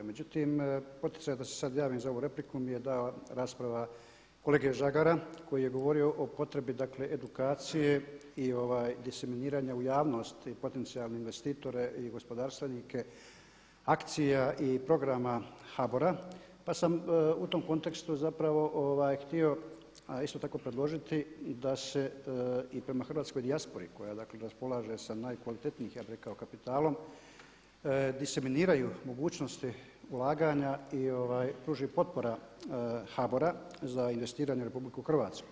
Međutim, poticaj da se sad javim za ovu repliku mi je da rasprava kolege Žagara koji je govorio o potrebi dakle edukacije i … u javnost potencijalne investitore i gospodarstvenike, akcija i programa HBOR-a pa sam u tom kontekstu zapravo htio a isto tako predložiti da se i prema hrvatskoj dijaspori koja dakle raspolaže sa najkvalitetnijim ja bih rekao kapitalom di se miniraju mogućnosti ulaganja i pruži potpora HBOR-a za investiranje u RH.